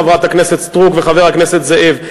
חברת הכנסת סטרוק וחבר הכנסת זאב.